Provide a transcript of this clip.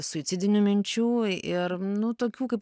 suicidinių minčių ir nu tokių kaip